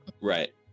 Right